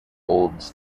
olds